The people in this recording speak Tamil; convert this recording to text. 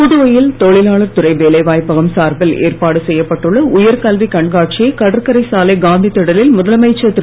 புதுவையில் தொழிலாளர் துறை வேலை வாய்ப்பகம் சார்பில் ஏற்பாடு செய்யப்பட்டுள்ள உயர்கல்வி கண்காட்சியை கடற்கரை சாலை காந்திதிடலில் முதலமைச்சர் திரு